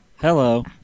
Hello